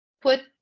put